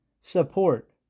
support